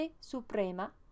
Suprema